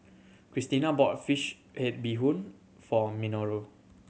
Christena bought fish head bee hoon for Minoru